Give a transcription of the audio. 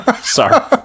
Sorry